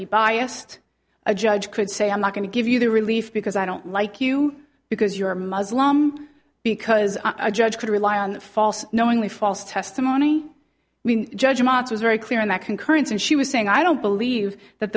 be biased a judge could say i'm not going to give you the relief because i don't like you because you're muslim because a judge could rely on the false knowingly false testimony we judgments was very clear in that concurrence and she was saying i don't believe that